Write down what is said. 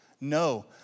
no